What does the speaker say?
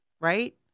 Right